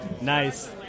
nice